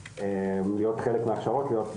כאלה, צריך שיהיה להם כתובת.